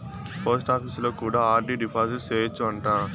పోస్టాపీసులో కూడా R D deposit సేయచ్చు అంట